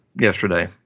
yesterday